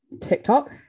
TikTok